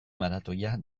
maratoia